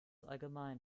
allgemein